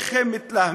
איך הם מתלהמים,